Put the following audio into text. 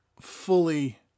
fully